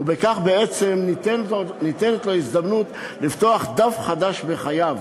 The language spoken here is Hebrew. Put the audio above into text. ובכך בעצם ניתנת לו הזדמנות לפתוח דף חדש בחייו.